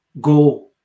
Go